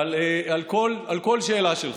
חבר הכנסת שחאדה,